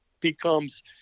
becomes